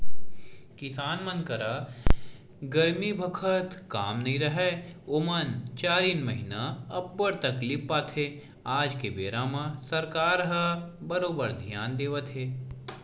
किसान मन करा गरमी बखत काम नइ राहय ओमन चारिन महिना अब्बड़ तकलीफ पाथे आज के बेरा म सरकार ह बरोबर धियान देवत हे